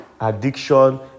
addiction